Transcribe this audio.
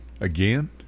again